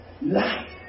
Life